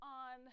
on